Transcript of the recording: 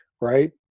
Right